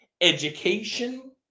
education